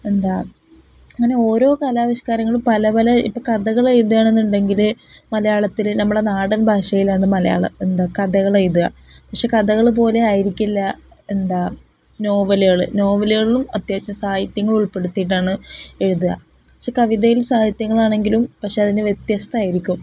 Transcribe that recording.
എന്താണ് അങ്ങനെ ഓരോ കലാവിഷ്കാരങ്ങളും പല പല ഇപ്പോള് കഥകള് എഴുതുകയാണെന്നുണ്ടെങ്കില് മലയാളത്തില് നമ്മുടെ നാടൻ ഭാഷയിലാണു മലയാള എന്താ കഥകള് എഴുതുക പക്ഷെ കഥകള് പോലെയായിരിക്കില്ല എന്താണ് നോവലുകള് നോവലുകള്ലും അത്യാവശ്യ സാഹിത്യങ്ങൾ ഉൾപ്പെടുത്തിയിട്ടാണ് എഴുതുക പക്ഷെ കവിതയിൽ സാഹിത്യങ്ങളാണെങ്കിലും പക്ഷേ അതിനു വ്യത്യസ്തമായിരിക്കും